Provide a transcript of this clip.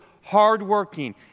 hardworking